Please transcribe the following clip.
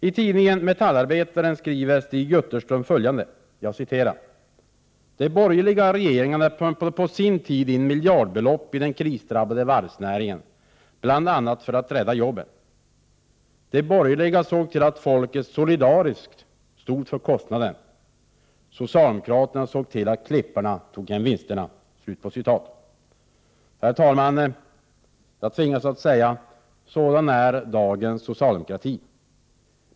I tidningen Metallarbetaren skriver Stig Jutterström följande: ”De borgerliga regeringarna pumpade på sin tid in miljardbelopp i den krisdrabbade varvsnäringen, bl.a. för att rädda jobben. De borgerliga såg till att folket solidariskt stod för kostnaderna. Socialdemokraterna såg till att klipparna tog hem vinsterna.” Herr talman! Jag tvingas att säga: Sådan är dagens socialdemokrati!